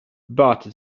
but